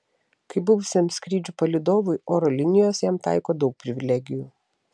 kaip buvusiam skrydžių palydovui oro linijos jam taiko daug privilegijų